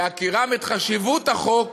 בהכירם את חשיבות החוק,